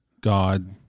God